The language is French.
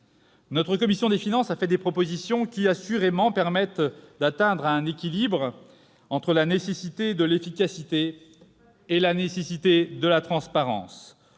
Notre commission des finances a fait des propositions qui, assurément, permettent d'atteindre un équilibre entre la nécessité de l'efficacité et la nécessité de la transparence,